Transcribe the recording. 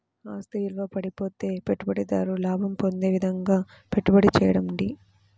ఆస్తి విలువ పడిపోతే పెట్టుబడిదారు లాభం పొందే విధంగాపెట్టుబడి చేయడం